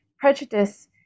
prejudice